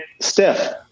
Steph